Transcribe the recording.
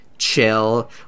Chill